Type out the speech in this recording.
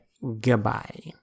Goodbye